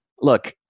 look